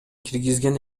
киргизген